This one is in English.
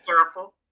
careful